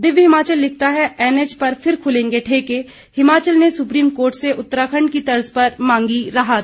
दिव्य हिमाचल लिखता है एनएच पर फिर ख्लेंगे ठेके हिमाचल ने सुप्रीम कोर्ट से उत्तराखंड की तर्ज पर मांगी राहत